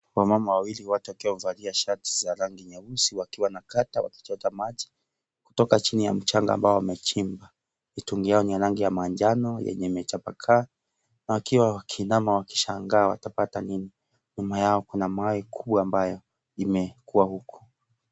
Wamama wawili wote wakiwa wamevalia shati za rangi nyeusi wakiwa na kata wakichota maji kutoka chini ya mchanga ambao wamechimba. Mitungi yao ni ya rangi ya manjano yenye imechapakaa na wakiwa wakishangaa watapata nini. Nyuma yao kuna mawe kubwa ambaye imekua huku.